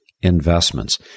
investments